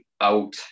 out